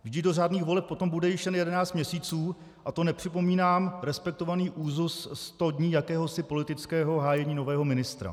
Vždyť do řádných voleb bude již jen 11 měsíců, a to nepřipomínám respektovaný úzus 100 dní jakéhosi politického hájení nového ministra.